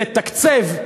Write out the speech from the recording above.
ולתקצב,